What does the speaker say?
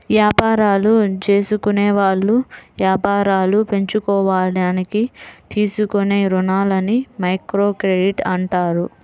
యాపారాలు జేసుకునేవాళ్ళు యాపారాలు పెంచుకోడానికి తీసుకునే రుణాలని మైక్రోక్రెడిట్ అంటారు